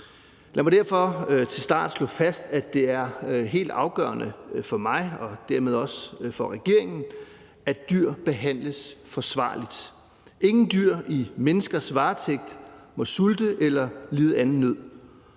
Lad mig derfor til at starte med slå fast, at det er helt afgørende for mig og dermed også for regeringen, at dyr behandles forsvarligt. Ingen dyr i menneskers varetægt må sulte eller lide anden nød,